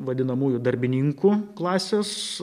vadinamųjų darbininkų klasės